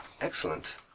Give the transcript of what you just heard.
Excellent